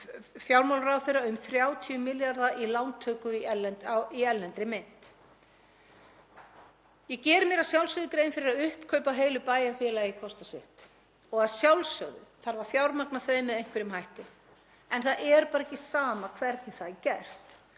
fjármálaráðherra um 30 milljarða lántöku í erlendri mynt. Ég geri mér að sjálfsögðu grein fyrir að uppkaup á heilu bæjarfélagi kosta sitt og að sjálfsögðu þarf að fjármagna þau með einhverjum hætti en það er bara ekki sama hvernig það er gert.